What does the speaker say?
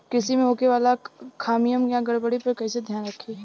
कृषि में होखे वाला खामियन या गड़बड़ी पर कइसे ध्यान रखि?